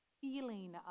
feeling